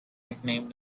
nicknamed